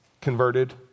converted